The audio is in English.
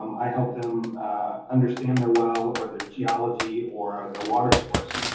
um i help them understand their well or their geology or their water source.